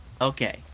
Okay